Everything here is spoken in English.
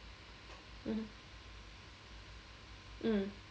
mmhmm mm